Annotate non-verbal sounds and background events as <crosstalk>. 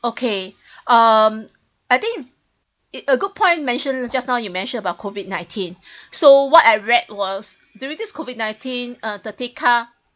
okay um I think it a good point mention just now you mention about COVID nineteen <breath> so what I read was during this COVID nineteen uh the ti~ car